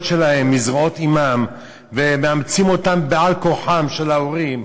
שלהם מזרועות אמם ומאמצים אותם בעל כורחם של ההורים,